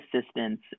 assistance